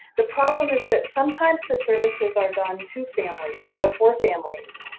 the problem is that sometimes the services are done to families or for families,